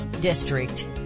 district